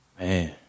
Man